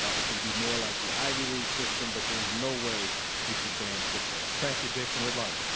ah it can be more like the ivy league system. but there's no way we should ban football. thank you, jason whitlock.